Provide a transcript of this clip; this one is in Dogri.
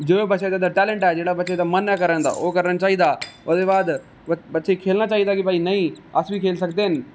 जो जो बच्चे दा टेलेंट ऐ मन ऐ करना दा ओह् करना चाहिदा ओहदे बाद बच्चे गी खेलना चाहिदा कि भाई अस बी खेल्ली सकदे ना